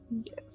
Yes